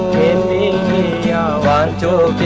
in the body to